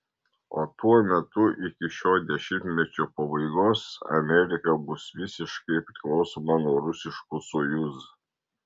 o tuo metu iki šio dešimtmečio pabaigos amerika bus visiškai priklausoma nuo rusiškų sojuz